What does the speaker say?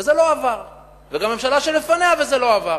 וזה לא עבר, וגם בממשלה שלפניה, וזה לא עבר.